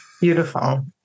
Beautiful